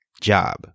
job